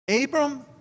Abram